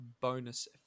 bonus